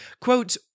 Quote